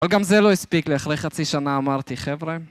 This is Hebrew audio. אבל גם זה לא הספיק לי. אחרי חצי שנה אמרתי "חבר'ה, ..."